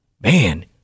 man